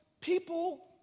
people